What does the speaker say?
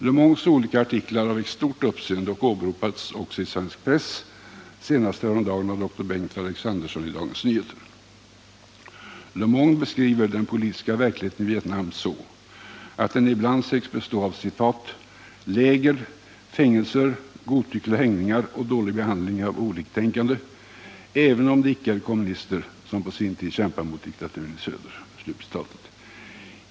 Le Mondes olika artiklar har väckt stort uppseende och åberopats också i svensk press, senast för någon vecka sedan av dr Bengt Alexanderson i Dagens Nyheter. Le Monde beskriver den politiska verkligheten i Vietnam så att den ibland sägs bestå av ”läger, fängelser, godtyckliga häktningar och dålig behandling av oliktänkande — även av de ickekommunister som på sin tid kämpade mot diktaturen i söder”.